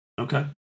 Okay